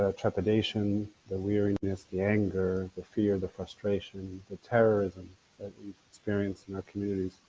ah trepidation, the weariness, the anger, the fear, the frustration, the terrorism that we've experienced in our communities.